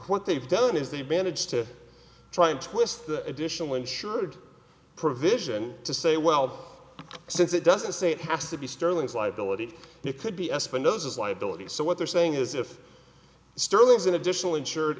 what they've done is they've managed to try and twist the additional insured provision to say well since it doesn't say it has to be sterling's liability it could be espinosa is liability so what they're saying is if sterling is an additional insured